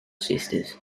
sisters